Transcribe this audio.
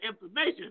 information